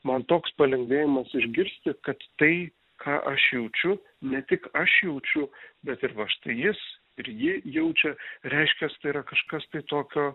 man toks palengvėjimas išgirsti kad tai ką aš jaučiu ne tik aš jaučiu bet ir va štai jis ir ji jaučia reiškias tai yra kažkas tai tokio